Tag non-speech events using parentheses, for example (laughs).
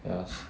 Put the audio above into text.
ya (laughs)